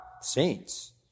saints